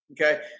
Okay